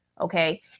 Okay